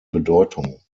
bedeutung